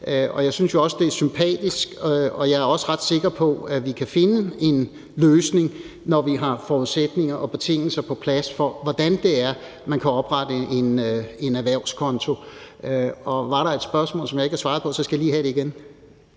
jeg synes jo også, det er sympatisk. Jeg er også ret sikker på, at vi kan finde en løsning, når vi har forudsætninger og betingelser på plads for, hvordan man kan oprette en erhvervskonto. Var der et spørgsmål, jeg ikke svarede på, skal jeg lige have det igen.